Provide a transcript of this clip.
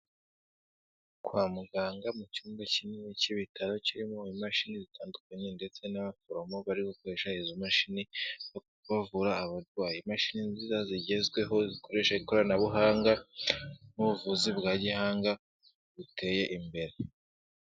Kwa muganga mu cyumba kinini cy'ibitaro kirimo imashini zitandukanye ndetse n'abaforomo bari gukoresha izo mashini bavura abarwayi. Imashini nziza zigezweho zikoresha ikoranabuhanga n'ubuvuzi bwa gihanga buteye imbere.